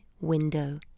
window